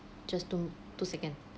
just two two second